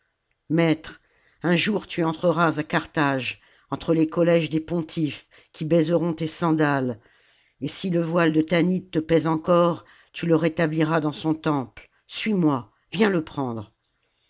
maître un jour tu entreras à carthage entre les collèges des pontifes qui baiseront tes sandales et si le voile de tanit te pèse encore tu le rétabliras dans son temple suis-moi viens le prendre